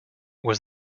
was